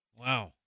Wow